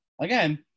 again